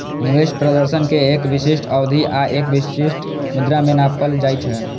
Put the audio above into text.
निवेश प्रदर्शन कें एक विशिष्ट अवधि आ एक विशिष्ट मुद्रा मे नापल जाइ छै